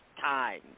time